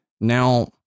Now